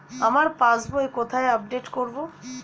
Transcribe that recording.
আমার পাস বই কোথায় আপডেট করব?